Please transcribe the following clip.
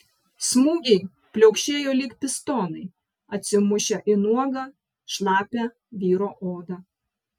smūgiai pliaukšėjo lyg pistonai atsimušę į nuogą šlapią vyro odą